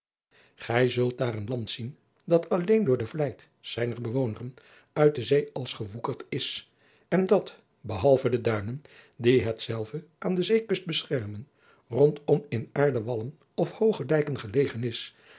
gij zult daar een land zien dat alleen door de vlijt zijner bewoneren uit de zee als gewoekerd is en dat behalve de duinen die hetzelve aan de zeekust beschermen rondom in aarden wallen of hooge dijken gelegen is